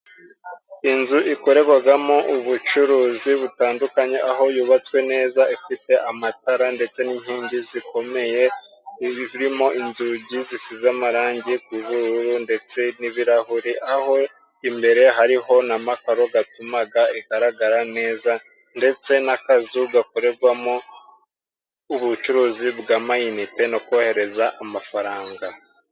Inzu ikorerwagamo ubucuruzi butandukanye， aho yubatswe neza，ifite amatara ndetse n'inkingi zikomeye，irimo inzugi zisize amarangi g’ubururu， ndetse n'ibirahuri，aho imbere hariho n’amakaro gatumaga igaragara neza， ndetse n'akazu gakorerwamo ubucuruzi bw’amayinite，no kohereza amafaranga.